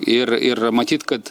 ir ir matyt kad